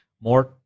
more